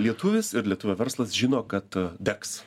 lietuvis ir lietuvio verslas žino kad degs